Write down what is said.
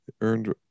earned